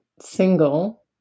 single